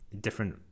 different